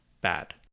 bad